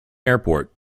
airport